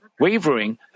wavering